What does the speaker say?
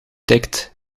tikt